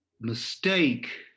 mistake